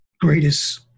greatest